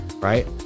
right